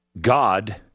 God